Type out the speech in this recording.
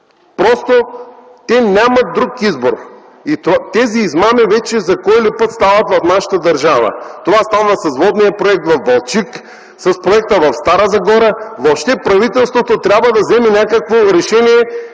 Те нямат друг избор. Тези измами за кой ли път вече стават в нашата държава? Това става с водния проект в Балчик, с проекта в Стара Загора. Въобще правителството трябва да вземе някакво решение,